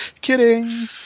kidding